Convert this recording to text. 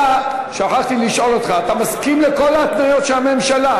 שכחתי לשאול אותך: אתה מסכים לכל ההתניות של הממשלה?